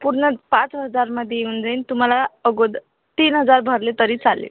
पूर्ण पाच हजारामध्ये येऊन जाईल तुम्हाला अगोदर तीन हजार भरले तरी चालेल